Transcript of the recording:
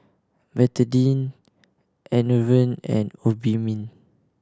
Betadine Enervon and Obimin